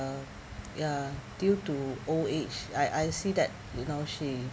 ya due to old age I I see that you know she